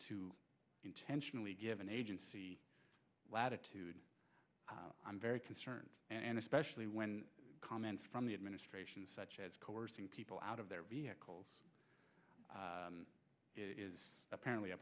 to intentionally give an agency the latitude i'm very concerned and especially when comments from the administration such as coercing people out of their vehicles is apparently a